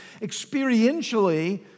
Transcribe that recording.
Experientially